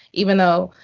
even though